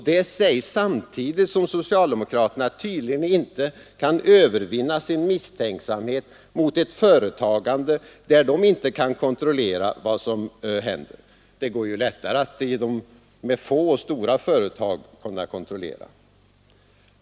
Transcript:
Det sägs samtidigt som socialdemokraterna tydligen inte kan övervinna sin misstänksamhet mot ett företagande, där de inte kan kontrollera vad som händer. Det går ju lättare att utöva kontrollen om det finns få och stora företag att kontrollera.